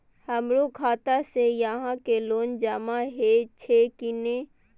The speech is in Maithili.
हमरो खाता से यहां के लोन जमा हे छे की ने?